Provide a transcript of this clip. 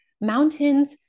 mountains